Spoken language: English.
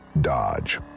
Dodge